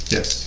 Yes